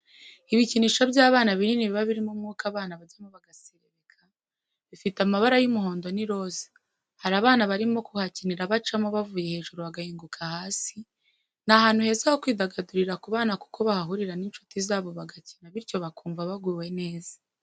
Ibikinisho by'abana binini biba birimo umwuka abana bajyamo bagaserebeka, bifite amabara y'umuhondo n'iroza hari abana barimo bahakinira bacamo bavuye hejuru bagahinguka hasi ni ahantu heza ho kwidagadurira ku bana kuko bahahurira n'inshuti zabo bagakina bityo bakumva baguwe neza.